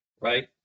right